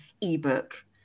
ebook